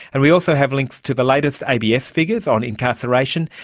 and we also have links to the latest abs figures on incarceration,